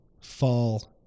fall